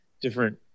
different